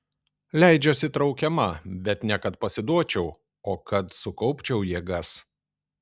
leidžiuosi traukiama bet ne kad pasiduočiau o kad sukaupčiau jėgas